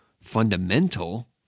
fundamental